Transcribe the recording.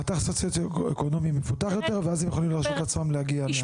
חתך סוציואקונומי מפותח יותר ואז הם יכולים להרשות לעצמם להגיע.